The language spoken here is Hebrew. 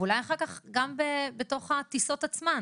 ואולי אחר כך גם בתוך הטיסות עצמן